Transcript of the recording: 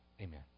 Amen